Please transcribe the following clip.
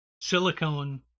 silicone